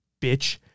Bitch